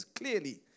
clearly